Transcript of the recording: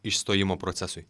išstojimo procesui